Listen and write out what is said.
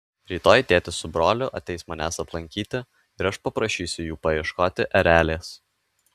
rytoj tėtis su broliu ateis manęs aplankyti ir aš paprašysiu jų paieškoti erelės